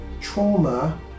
trauma